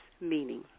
meaning